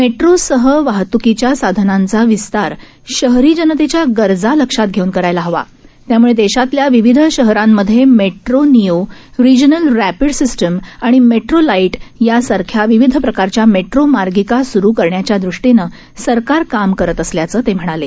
मेट्रोसहवाहतुकीच्यासाधनांचाविस्तारशहरीजनतेच्यागरजालक्षातघेऊनकरायलाहवात्यामुळेदेशातल्याविवि धशहरांमध्येमेट्रोनियो रिजनलरॅपिडसिस्टिमआणिमेट्रोलाईटयासारख्याविविधप्रकारच्यामेट्रोमार्गिकासुरुकरण्याच्यादृष्टीनंसरकार कामकरतअसल्याचंतेम्हणाले